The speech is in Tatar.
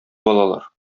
алалар